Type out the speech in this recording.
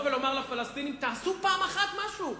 ולומר לפלסטינים: תעשו פעם אחת משהו,